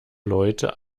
leute